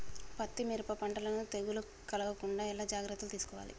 పత్తి మిరప పంటలను తెగులు కలగకుండా ఎలా జాగ్రత్తలు తీసుకోవాలి?